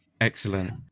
excellent